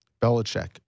Belichick